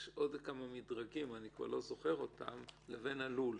יש עוד כמה מדרגים לבין עלול.